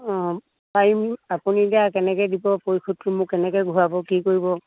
অঁ পাৰিম আপুনি এতিয়া কেনেকে দিব পৰিশোধটো মোক কেনেকে ঘূৰাব কি কৰিব